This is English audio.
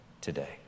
today